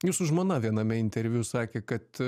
jūsų žmona viename interviu sakė kad